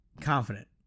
confident